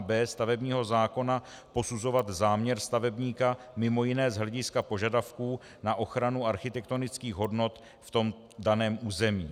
b) stavebního zákona posuzovat záměr stavebníka mj. z hlediska požadavků na ochranu architektonických hodnot v tom daném území.